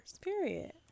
Period